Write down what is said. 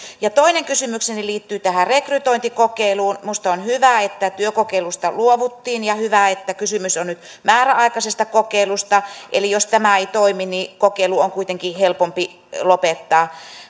toinen kysymykseni liittyy tähän rekrytointikokeiluun minusta on hyvä että työkokeilusta luovuttiin ja hyvä että kysymys on nyt määräaikaisesta kokeilusta eli jos tämä ei toimi niin kokeilu on kuitenkin helpompi lopettaa